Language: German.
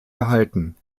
gehalten